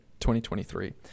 2023